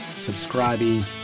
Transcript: subscribing